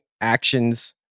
actions